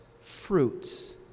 fruits